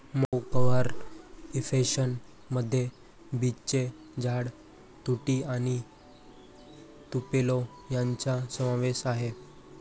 मऊ cover impression मध्ये बीचचे झाड, तुती आणि तुपेलो यांचा समावेश आहे